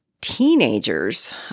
teenagers